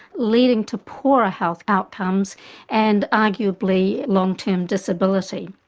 leading to poorer health outcomes and arguably long term disability,